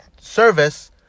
service